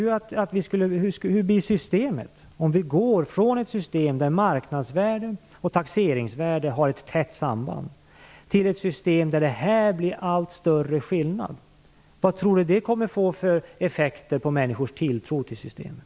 Hur blir det om vi går från ett system där marknadsvärde och taxeringsvärde har ett tätt samband till ett system där det blir en allt större skillnad? Vad tror Sten Andersson att det får för effekter när det gäller människors tilltro till systemet?